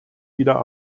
wieder